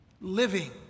living